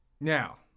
Now